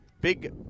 Big